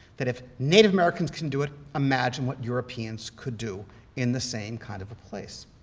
that if native americans can do it, imagine what europeans could do in the same kind of a place.